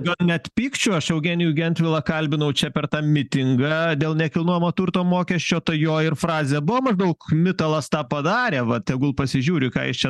gal net pykčiu aš eugenijų gentvilą kalbinau čia per tą mitingą dėl nekilnojamo turto mokesčio tai jo ir frazė buvo maždaug mitalas tą padarė va tegul pasižiūri ką jis čia